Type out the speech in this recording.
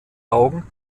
augen